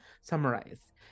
summarize